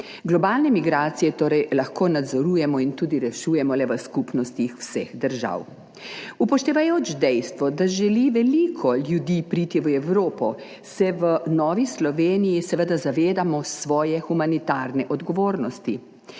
Globalne migracije torej lahko nadzorujemo in tudi rešujemo le v skupnostih vseh držav. Upoštevajoč dejstvo, da želi veliko ljudi priti v Evropo, se v Novi Sloveniji seveda zavedamo svoje humanitarne odgovornosti,